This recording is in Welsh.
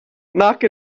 nac